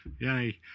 Yay